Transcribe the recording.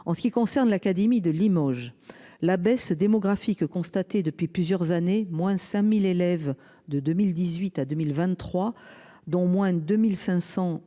en ce qui concerne l'académie de Limoges, la baisse démographique constaté depuis plusieurs années, moins 5000 élèves de 2018 à 2023, dont moins de 1500 dans